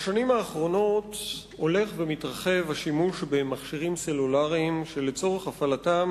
בשנים האחרונות הולך ומתרחב השימוש במכשירים סלולריים שלצורך הפעלתם